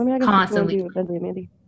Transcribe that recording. constantly